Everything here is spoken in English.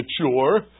mature